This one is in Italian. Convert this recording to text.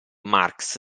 marx